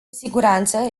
siguranță